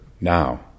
now